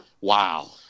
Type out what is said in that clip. wow